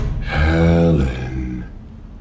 Helen